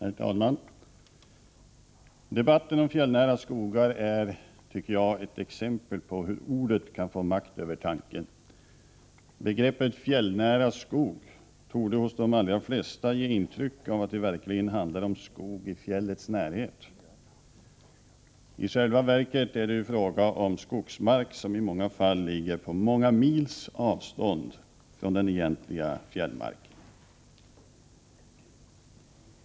Herr talman! Debatten om fjällnära skogar är, tycker jag, ett exempel på hur ordet kan få makt över tanken. Begreppet fjällnära skog torde hos de allra flesta ge intryck av att det verkligen handlar om skog i fjällets närhet. I själva verket är det fråga om skogsmark som i många fall ligger på åtskilliga mils avstånd från den egentliga fjällmarken.